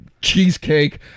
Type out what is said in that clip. cheesecake